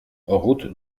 route